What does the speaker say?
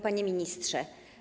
Panie Ministrze!